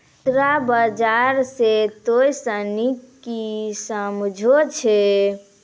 मुद्रा बाजार से तोंय सनि की समझै छौं?